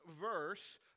verse